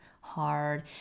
hard